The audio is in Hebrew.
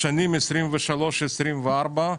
בשנים 2023-2024,